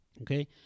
Okay